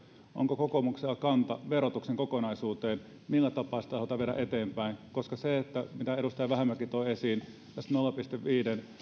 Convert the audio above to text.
onko kokoomuksella kanta verotuksen kokonaisuuteen millä tapaa sitä halutaan viedä eteenpäin sekin minkä edustaja vähämäki toi esiin tästä nolla pilkku viiden miljardin